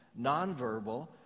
nonverbal